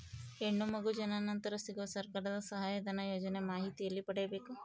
ಹೆಣ್ಣು ಮಗು ಜನನ ನಂತರ ಸಿಗುವ ಸರ್ಕಾರದ ಸಹಾಯಧನ ಯೋಜನೆ ಮಾಹಿತಿ ಎಲ್ಲಿ ಪಡೆಯಬೇಕು?